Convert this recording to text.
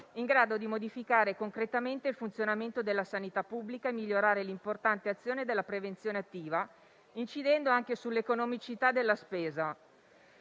in grado di modificare concretamente il funzionamento della sanità pubblica e migliorare l'importante azione della prevenzione attiva, incidendo anche sull'economicità della spesa.